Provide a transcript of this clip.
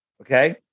okay